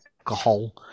alcohol